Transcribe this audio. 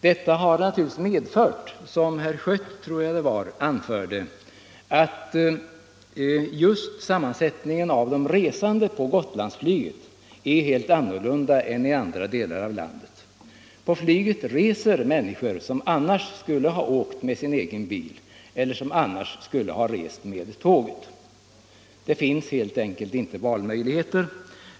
Detta har naturligtvis, som herr Schött framhöll, medfört att det klientel som reser med Gotlandsflyget har en helt annan sammansättning än de grupper som utnyttjar flyget i andra delar av landet. På Gotlandsflyget reser människor som annars skulle ha åkt i sin egen bil eller tagit tåget. Det finns helt enkelt ingen valmöjlighet.